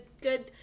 good